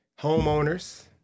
homeowners